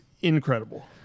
incredible